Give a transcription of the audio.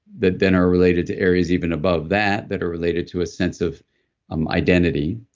that then are related to areas even above that that are related to a sense of um identity.